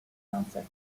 uncertain